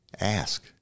Ask